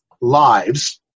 lives